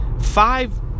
five